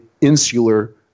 insular